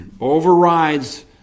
overrides